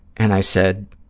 and i said,